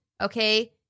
okay